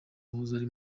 wahoze